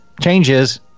Changes